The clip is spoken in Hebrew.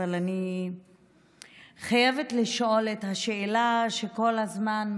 אבל אני חייבת לשאול את השאלה שכל הזמן,